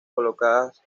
colocadas